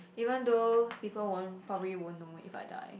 even though people won't probably won't know if I die